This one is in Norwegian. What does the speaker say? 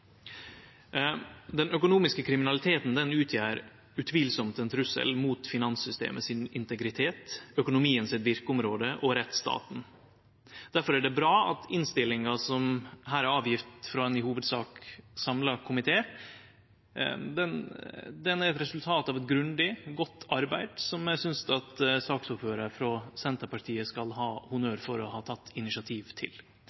Den økonomiske kriminaliteten utgjer utvilsamt ein trussel mot integriteten til finanssystemet, verkeområdet til økonomien og rettsstaten. Difor er det bra at innstillinga, som er lagd fram av ein i hovudsak samla komité, er eit resultat av grundig, godt arbeid, som eg synest saksordføraren frå Senterpartiet skal ha honnør for å ha teke initiativet til.